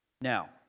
Now